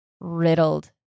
riddled